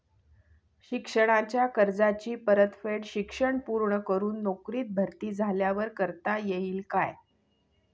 शिक्षणाच्या कर्जाची परतफेड शिक्षण पूर्ण करून नोकरीत भरती झाल्यावर करता येईल काय?